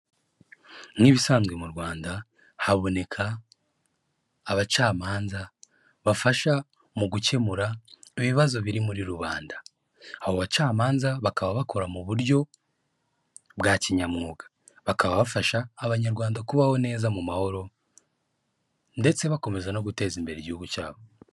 Nk'ibisanzwe mu Rwanda haboneka abacamanza bafasha mu gukemura ibibazo biri muri rubanda, abo bacamanza bakaba bakora mu buryo bwa kinyamwuga, bakaba bafasha abanyarwanda kubaho neza mu mahoro ndetse bakomeza no guteza imbere igihugu cyabo.